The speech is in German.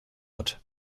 hat